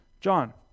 John